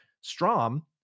Strom